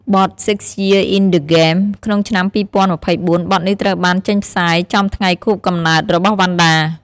បទ "6 YEARS IN THE GAME" ក្នុង ឆ្នាំ២០២៤ បទនេះត្រូវបានចេញផ្សាយចំថ្ងៃខួបកំណើតរបស់វណ្ណដា។